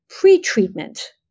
pre-treatment